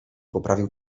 poprawił